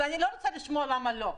אני לא רוצה לשמוע למה לא,